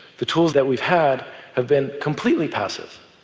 the tools that we've had have been completely passive.